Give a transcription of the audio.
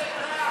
חבר הכנסת רז,